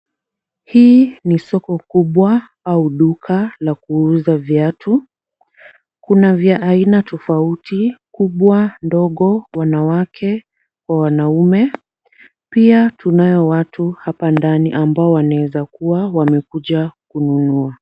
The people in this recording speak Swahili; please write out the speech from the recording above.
Hii ni soko kubwa au duka la kuuza viatu. Kuna vya aina tofauti kubwa, ndogo, wanawake kwa wanaume. Pia tunao watu hapa ndani ambao wanaweza kuwa wamekuja kununua.